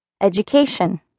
Education